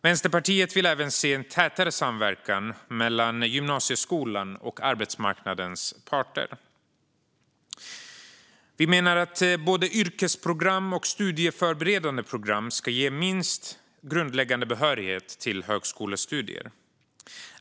Vänsterpartiet vill även se en tätare samverkan mellan gymnasieskolan och arbetsmarknadens parter. Vi menar att både yrkesprogram och studieförberedande program ska ge grundläggande behörighet till högskolestudier.